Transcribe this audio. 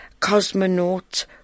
cosmonaut